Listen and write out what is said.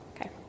Okay